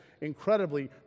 incredibly